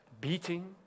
beating